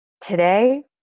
Today